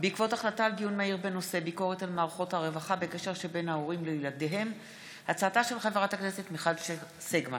בעקבות דיון מהיר בהצעתה של חברת הכנסת מיכל שיר סגמן